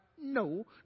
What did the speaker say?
No